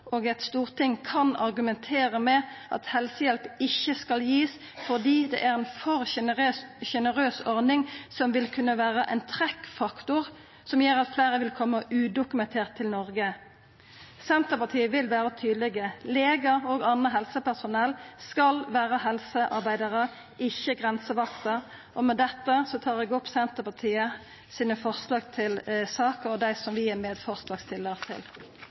og eit storting kan argumentera med at ein ikkje skal gi helsehjelp fordi det er ei for sjenerøs ordning, som vil kunna vera ein trekkfaktor som gjer at fleire vil koma som udokumenterte migrantar til Noreg. Senterpartiet vil vera tydeleg: Legar og anna helsepersonell skal vera helsearbeidarar, ikkje grensevaktarar. Med dette tar eg opp Senterpartiets forslag i saka, det vi står aleine om, og dei vi står saman med